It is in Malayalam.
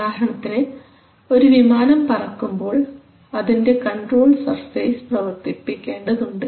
ഉദാഹരണത്തിന് ഒരു വിമാനം പറക്കുമ്പോൾ അതിൻറെ കൺട്രോൾ സർഫേസ് പ്രവർത്തിപ്പിക്കേണ്ടതുണ്ട്